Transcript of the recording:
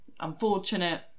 unfortunate